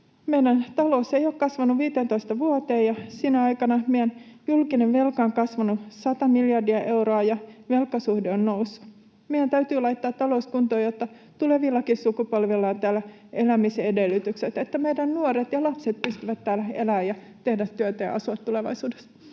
Meidän talous ei ole kasvanut 15 vuoteen, ja sinä aikana meidän julkinen velka on kasvanut sata miljardia euroa ja velkasuhde on noussut. Meidän täytyy laittaa talous kuntoon, jotta tulevillakin sukupolvilla on täällä elämisen edellytykset, että meidän nuoret ja lapset voivat täällä elää ja tehdä työtä ja asua tulevaisuudessa.